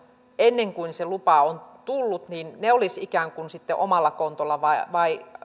ennen kuin se lupa on tullut olisivat sitten ikään kuin omalla kontolla vai vai